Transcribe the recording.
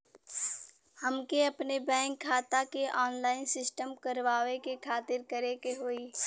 हमके अपने बैंक खाता के ऑनलाइन सिस्टम करवावे के खातिर का करे के होई?